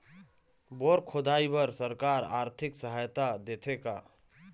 Bore खोदाई बर सरकार आरथिक सहायता देथे का?